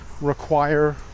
require